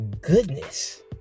goodness